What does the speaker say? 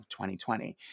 2020